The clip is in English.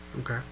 Okay